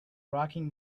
rocking